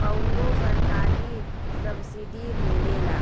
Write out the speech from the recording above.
कउनो सरकारी सब्सीडी मिलेला?